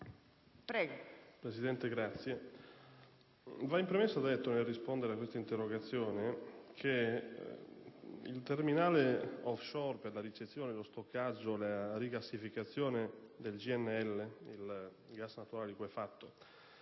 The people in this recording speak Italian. Presidente, va in premessa detto, nel rispondere a questa interrogazione, che il terminale *offshore* per la ricezione, lo stoccaggio e la rigassifìcazione del gas naturale liquefatto